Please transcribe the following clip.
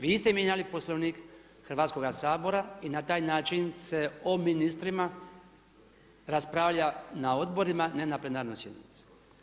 Vi ste mijenjali Poslovnik Hrvatskoga sabora i na taj način se o ministrima raspravlja na odborima ne na plenarnoj sjednici.